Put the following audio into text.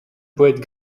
poète